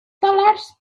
dollars